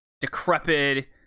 decrepit